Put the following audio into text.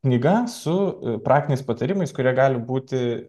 knyga su praktiniais patarimais kurie gali būti